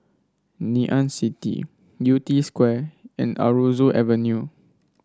Ngee Ann City Yew Tee Square and Aroozoo Avenue